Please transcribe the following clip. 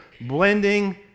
blending